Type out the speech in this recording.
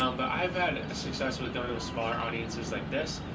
um but i've had success with going with smaller audiences like this,